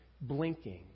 blinking